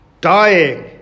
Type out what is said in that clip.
Dying